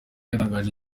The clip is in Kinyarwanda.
yatangaje